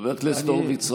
חבר הכנסת הורוביץ,